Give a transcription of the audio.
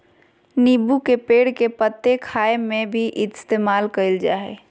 नींबू के पेड़ के पत्ते खाय में भी इस्तेमाल कईल जा हइ